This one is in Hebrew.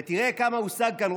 ותראה כמה הושג כאן,